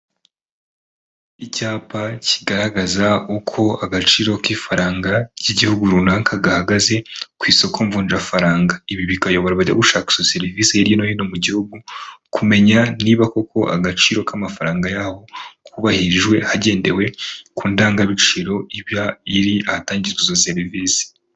Icyapa kigaragaza uko agaciro k'ifaranga ry'igihugu runaka gahagaze ku isoko mvunjafaranga. Ibi bikayobora abajya gushaka izo serivisi hirya no hino mu gihugu kumenya niba koko agaciro k'amafaranga yaho kubabahirijwe hagendewe ku ndangabiciro iba iri ahatangirwa izo serivisi.